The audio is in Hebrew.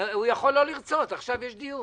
הוא יכול לא לרצות, יש עכשיו דיון.